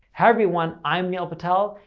however you want, i'm neil patel,